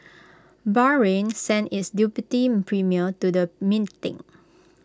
Bahrain sent its deputy premier to the meeting